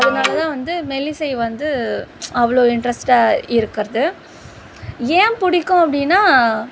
அதனாலதான் வந்து மெல்லிசை வந்து அவ்வளோ இண்ட்ரெஸ்ட்டாக இருக்கிறது ஏன் பிடிக்கும் அப்படின்னா